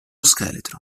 scheletro